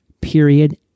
period